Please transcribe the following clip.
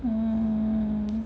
mm